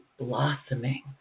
blossoming